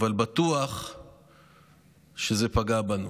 אבל בטוח שזה פגע בנו,